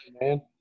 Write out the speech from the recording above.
man